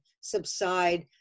subside